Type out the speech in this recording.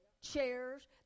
chairs